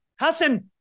Hassan